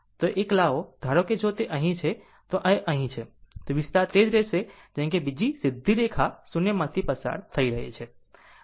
જો આ એક લાવો ધારો કે જો તે અહીં છે અને જો તે અહીં છે તો વિસ્તાર તે જ રહેશે જેમ કે બીજી સીધી રેખા શૂન્યમાંથી પસાર થઈ રહી છે